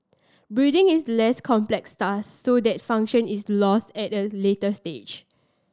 breathing is a less complex task so that function is lost at a later stage